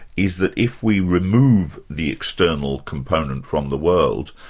is that if we remove the external component from the world,